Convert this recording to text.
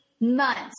months